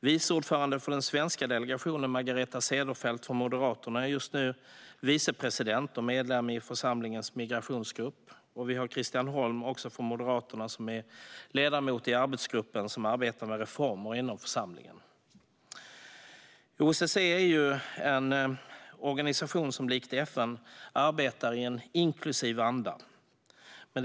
Vice ordförande för den svenska delegationen, Margareta Cederfelt från Moderaterna, är just nu vice president och medlem i församlingens migrationsgrupp. Christian Holm Barenfeld, också från Moderaterna, är ledamot i arbetsgruppen som arbetar med reformer inom församlingen. OSSE är en organisation som likt FN arbetar i en inkluderande anda.